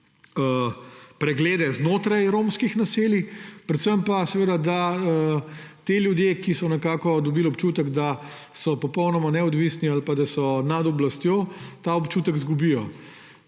preglede znotraj romskih naselij. Predvsem pa, da ti ljudje, ki so nekako dobili občutek, da so popolnoma neodvisni ali pa da so nad oblastjo, ta občutek izgubijo.